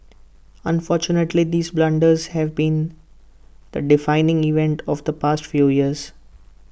unfortunately these blunders have been the defining event of the past few years